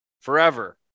forever